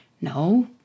no